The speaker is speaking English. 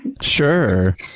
Sure